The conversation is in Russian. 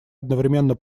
одновременно